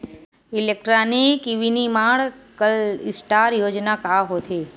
Electronic विनीर्माण cluster योजना का होथे?